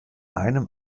einem